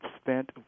spent